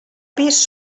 pis